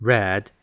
Red